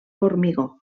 formigó